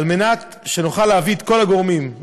על מנת שנוכל להביא את כל הגורמים,